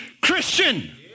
Christian